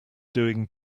doing